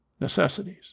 necessities